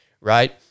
right